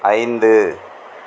ஐந்து